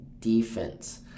defense